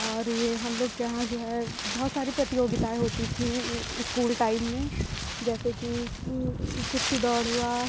और ये हम लोग के यहाँ जो है बहुत सारी प्रतियोगिताएं होती थी इस्कूल टाइम में जैसे कि कुर्सी दौड़ हुआ